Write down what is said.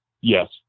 Yes